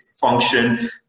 function